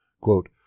Quote